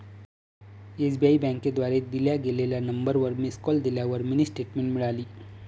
SBI बँकेद्वारे दिल्या गेलेल्या नंबरवर मिस कॉल दिल्यावर मिनी स्टेटमेंट मिळाली